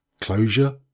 closure